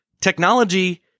technology